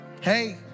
hey